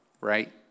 Right